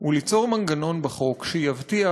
הוא ליצור מנגנון בחוק שיבטיח